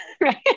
right